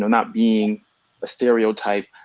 not being a stereotype.